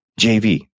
JV